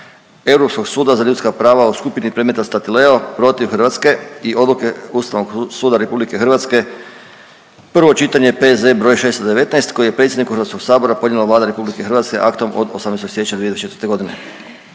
Europskog suda za ljudska prava o skupini predmeta Statileo protiv Hrvatske i odluke Ustavnog suda RH, prvo čitanje, P.Z. br. 619. koji je predsjedniku HS podnijela Vlada RH aktom od 18. siječnja 2024.g..